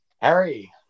Harry